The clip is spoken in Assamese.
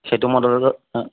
সেইটো মডেলৰ